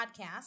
podcast